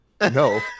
No